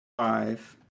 five